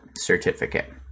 certificate